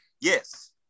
Yes